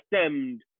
stemmed